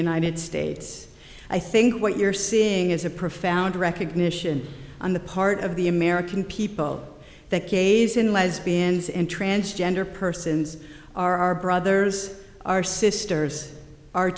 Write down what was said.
united states i think what you're seeing is a profound recognition on the part of the american people that gays and lesbians and transgender persons are our brothers our sisters our